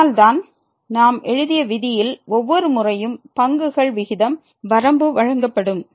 அதனால் தான் நாம் எழுதிய விதியில் ஒவ்வொரு முறையும் பங்குகள் விகிதம் வரம்பு வழங்கப்படும்